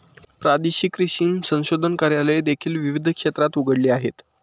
प्रादेशिक रेशीम संशोधन कार्यालये देखील विविध क्षेत्रात उघडली आहेत